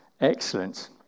Excellent